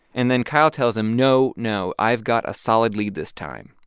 and then kyle tells him, no, no. i've got a solid lead this time,